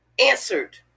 answered